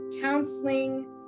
counseling